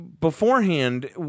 beforehand